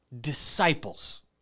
disciples